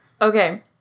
Okay